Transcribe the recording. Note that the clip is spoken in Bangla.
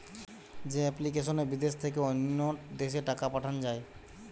যে এপ্লিকেশনে বিদেশ থেকে অন্য দেশে টাকা পাঠান যায়